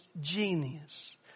genius